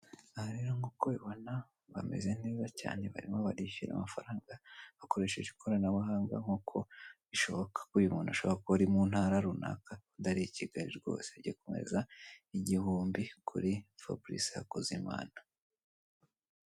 Aha rero nk'uko ubibona bameze neza cyane barimo barishyura amafaranga bakoresheje ikoranabuhanga, nk'uko bishoboka ko uyu muntu ashobora kuba mu ntara runaka, undi ari i Kigali rwose, agiye kumwoherereza igihumbi kuri Fabrice Hakuzimana.